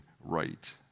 right